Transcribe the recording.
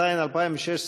התשע"ז 2016,